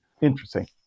interesting